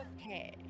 Okay